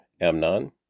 Amnon